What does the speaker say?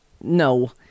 No